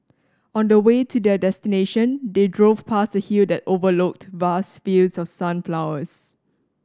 on the way to their destination they drove past a hill that overlooked vast fields of sunflowers